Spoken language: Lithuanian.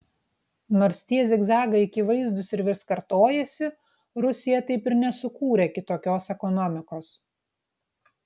nors tie zigzagai akivaizdūs ir vis kartojasi rusija taip ir nesukūrė kitokios ekonomikos